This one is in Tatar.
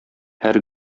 һәр